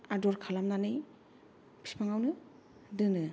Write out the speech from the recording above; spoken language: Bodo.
आदर खालामनानै फिफांआवनो दोनो